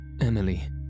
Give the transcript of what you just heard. Emily